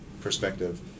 perspective